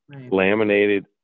laminated